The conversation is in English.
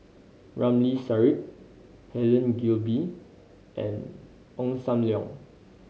Ramli Sarip Helen Gilbey and Ong Sam Leong